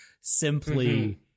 simply